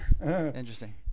Interesting